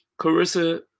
Carissa